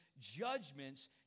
judgments